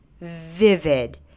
vivid